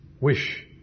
wish